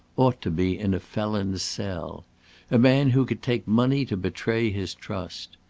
ought to be in a felon's cell a man who could take money to betray his trust.